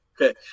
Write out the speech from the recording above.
Okay